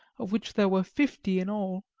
of which there were fifty in all,